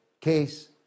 case